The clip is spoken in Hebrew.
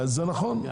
נכון,